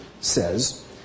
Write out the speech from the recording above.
says